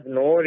no